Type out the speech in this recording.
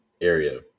area